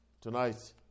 Tonight